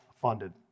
funded